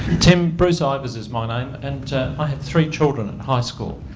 tim, bruce ivers is my name. and i have three children in high school.